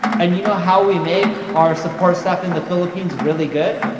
and you know how we make our support staff in the philippines really good?